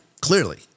clearly